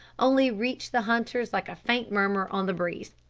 only reached the hunters like a faint murmur on the breeze.